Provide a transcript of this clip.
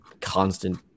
constant